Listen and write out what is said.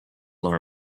lure